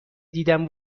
دیدن